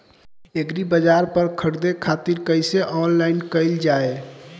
एग्रीबाजार पर खरीदे खातिर कइसे ऑनलाइन कइल जाए?